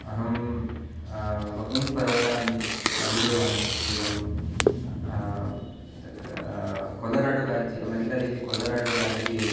अहं बहून् पर्वतान् आरूडवान् पूर्वं तत्र कोलराडु राज्ये अमेरिका देशे कोलराडू राज्ये